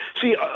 See